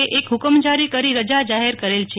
એ એક હકમ જારી કરી રજા જાહેર કરી છે